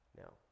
Now